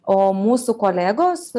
o mūsų kolegos